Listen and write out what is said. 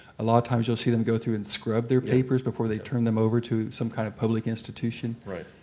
a lot of times you'll see them go through and scrub their papers before they turn them over to some kind of public institution. right.